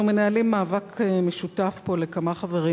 אנחנו מנהלים מאבק משותף פה לכמה חברים,